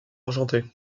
argenté